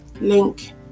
link